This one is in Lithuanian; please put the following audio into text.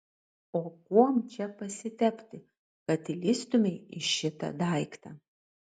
o kuom čia pasitepti kad įlįstumei į šitą daiktą